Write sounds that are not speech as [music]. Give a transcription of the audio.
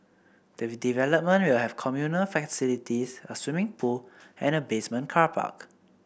the [unintelligible] development will have communal facilities a swimming pool and a basement car park